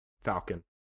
Falcon